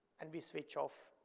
and we switch off.